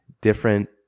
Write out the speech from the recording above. different